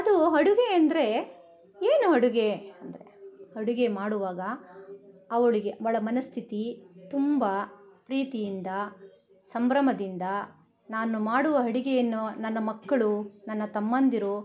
ಅದು ಅಡುಗೆ ಎಂದರೆ ಏನು ಅಡುಗೆ ಎಂದರೆ ಅಡುಗೆ ಮಾಡುವಾಗ ಅವ್ಳಿಗೆ ಒಳ ಮನಸ್ಥಿತಿ ತುಂಬ ಪ್ರೀತಿಯಿಂದ ಸಂಭ್ರಮದಿಂದ ನಾನು ಮಾಡುವ ಅಡುಗೆಯನ್ನು ನನ್ನ ಮಕ್ಕಳು ನನ್ನ ತಮ್ಮಂದಿರು